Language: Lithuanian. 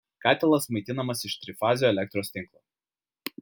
katilas maitinamas iš trifazio elektros tinklo